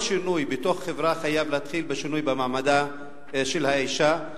כל שינוי בתוך החברה חייב להתחיל בשינוי במעמדה של האשה,